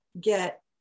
get